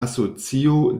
asocio